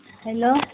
hello